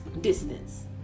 distance